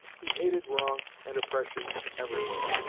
he hated wrong and oppression everywhere,